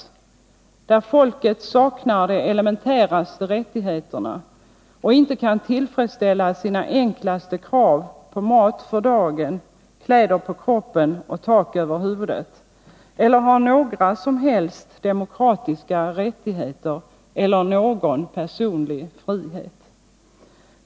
Det gäller länder där folket saknar de elementäraste rättigheterna och inte kan tillfredsställa sina enklaste krav på mat för dagen, kläder på kroppen och tak över huvudet eller har några som helst demokratiska rättigheter eller någon personlig frihet.